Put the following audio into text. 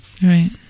Right